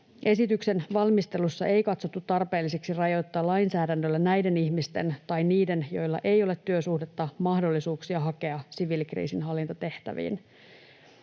Esityksen valmistelussa ei katsottu tarpeelliseksi rajoittaa lainsäädännöllä näiden ihmisten tai niiden, joilla ei ole työsuhdetta, mahdollisuuksia hakea siviilikriisinhallintatehtäviin.